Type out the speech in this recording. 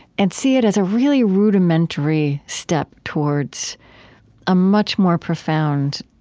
and see it as a really rudimentary step towards a much more profound,